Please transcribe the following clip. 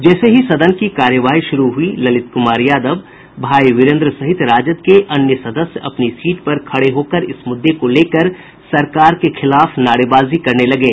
जैसे ही सदन की कार्यवाही शुरू हुई ललित कुमार यादव भाई विरेन्द्र सहित राजद के अन्य सदस्य अपनी सीट पर खड़े होकर इस मुद्दे को लेकर सरकार के खिलाफ नारेबाजी करने लगे